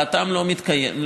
דעתם לא מתקבלת,